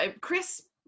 Chris